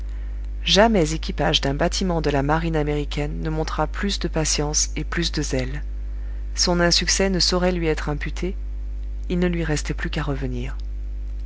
jamais équipage d'un bâtiment de la marine américaine ne montra plus de patience et plus de zèle son insuccès ne saurait lui être imputé il ne restait plus qu'à revenir